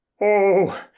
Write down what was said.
Oh